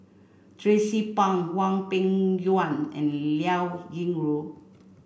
Tracie Pang Hwang Peng Yuan and Liao Yingru